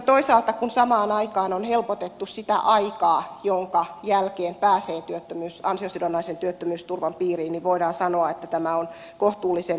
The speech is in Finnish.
toisaalta kun samaan aikaan on helpotettu sitä aikaa jonka jälkeen pääsee ansiosidonnaisen työttömyysturvan piiriin voidaan sanoa että tämä on kohtuullisen tasapainoinen